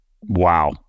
Wow